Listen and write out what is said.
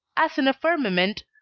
as in a firmament,